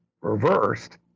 reversed